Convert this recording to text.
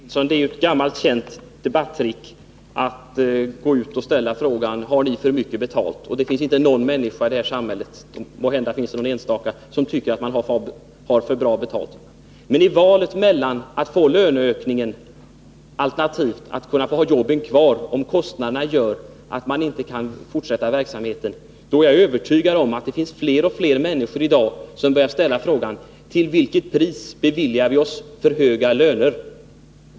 Fru talman! Det är ju ett gammalt känt debattrick att ställa frågan: Har ni för mycket betalt? Det finns inte många människor i samhället — måhända någon enstaka — som tycker att de har för bra betalt. Men i valet mellan att få en löneökning som gör att verksamheten inte kan fortsätta eller att ha jobbet kvar är jag övertygad om att fler och fler människor väljer att ha kvar jobbet. Fler och fler frågar sig: Till vilket pris beviljar vi oss för höga löner?